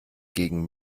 gegen